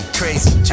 crazy